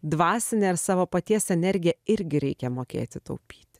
dvasinę ir savo paties energiją irgi reikia mokėti taupyti